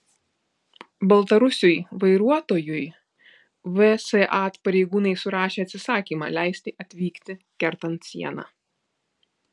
baltarusiui vairuotojui vsat pareigūnai surašė atsisakymą leisti atvykti kertant sieną